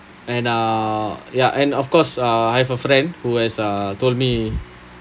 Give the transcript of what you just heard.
and uh ya and of course uh I have a friend who has uh told me